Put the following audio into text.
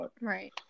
Right